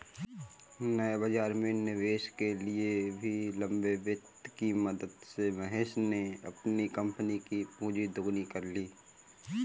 नए बाज़ार में निवेश के लिए भी लंबे वित्त की मदद से महेश ने अपनी कम्पनी कि पूँजी दोगुनी कर ली